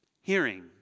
Hearing